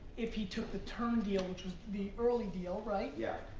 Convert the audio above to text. if he took the term deal, which is the early deal, right? yeah.